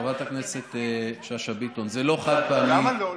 חברת הכנסת שאשא ביטון, זה לא חד-פעמי.